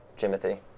Jimothy